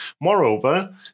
Moreover